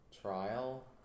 trial